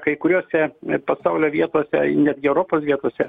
kai kuriose pasaulio vietose netgi europos vietose